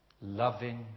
Loving